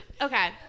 Okay